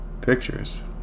pictures